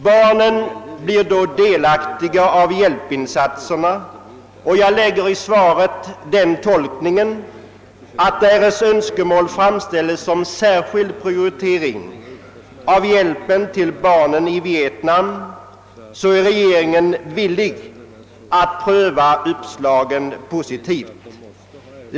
Barnen blir då delaktiga av hjälpinsatserna, och jag ger svaret den tolkningen att därest önskemål framställes om särskild prioritering av hjälpen till barnen i Vietnam, så är regeringen villig att pröva dessa uppslag positivt.